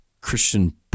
Christian